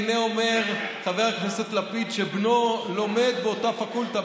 הינה אומר חבר הכנסת לפיד שבנו לומד באותה פקולטה.